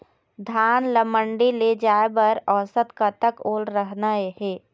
धान ला मंडी ले जाय बर औसत कतक ओल रहना हे?